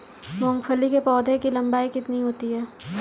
मूंगफली के पौधे की लंबाई कितनी होती है?